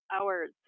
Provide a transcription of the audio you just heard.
hours